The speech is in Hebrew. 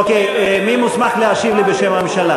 אוקיי, מי מוסמך להשיב לי בשם הממשלה?